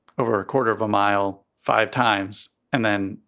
over a quarter of a mile, five times. and then,